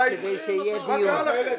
מה קרה לכם?